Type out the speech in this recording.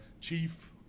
Chief